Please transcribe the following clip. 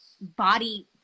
body